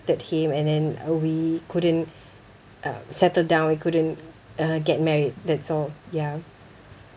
him and then uh we couldn't um settle down we couldn't uh get married that's all ya